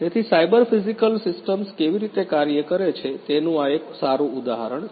તેથી cyber physical systems કેવી રીતે કાર્ય કરે છે તેનું આ એક સારું ઉદાહરણ છે